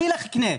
אני אלך, אקנה.